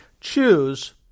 Choose